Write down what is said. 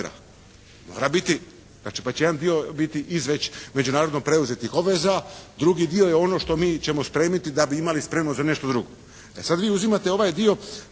Mora biti, znači pa će jedan dio biti iz već međunarodno preuzetih obveza, drugi dio je ono što mi ćemo spremiti da bi imali spremno za nešto drugo.